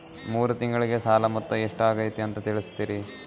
ಮೂರು ತಿಂಗಳಗೆ ಸಾಲ ಮೊತ್ತ ಎಷ್ಟು ಆಗೈತಿ ಅಂತ ತಿಳಸತಿರಿ?